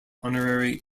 honorary